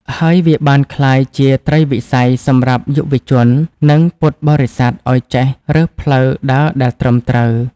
ហើយវាបានក្លាយជាត្រីវិស័យសម្រាប់យុវជន និងពុទ្ធបរិស័ទឱ្យចេះរើសផ្លូវដើរដែលត្រឹមត្រូវ។